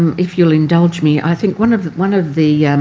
if you will indulge me, i think one of one of the